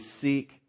seek